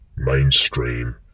mainstream